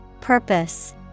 Purpose